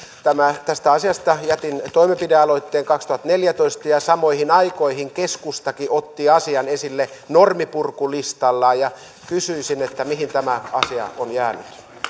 tästä asiasta jätin toimenpidealoitteen kaksituhattaneljätoista ja samoihin aikoihin keskustakin otti asian esille norminpurkulistallaan kysyisin mihin tämä asia on jäänyt